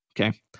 okay